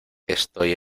estoy